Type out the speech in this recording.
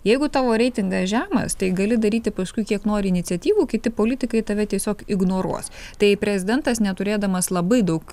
jeigu tavo reitingas žemas tai gali daryti paskui kiek nori iniciatyvų kiti politikai tave tiesiog ignoruos tai prezidentas neturėdamas labai daug